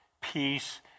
Peace